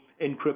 encryption